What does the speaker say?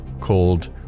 called